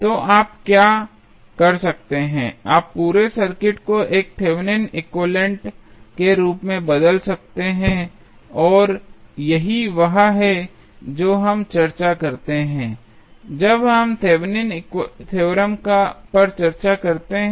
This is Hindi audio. तो आप क्या कर सकते हैं आप पूरे सर्किट को एक थेवेनिन एक्विवैलेन्ट Thevenins equivalent के रूप में बदल सकते हैं यही वह है जो हम चर्चा करते हैं जब हम थेवेनिन थ्योरम Thevenins theorem पर चर्चा करते हैं